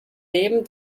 leben